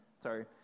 Sorry